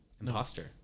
Imposter